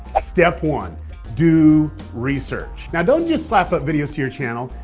step one do research. now don't just slap up videos to your channel.